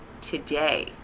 today